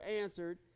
answered